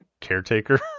caretaker